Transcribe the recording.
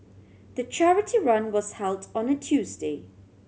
the charity run was held on a Tuesday